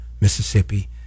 Mississippi